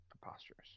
preposterous